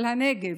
על הנגב,